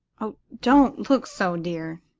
oh, don't look so, dear,